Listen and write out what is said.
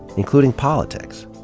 including politics.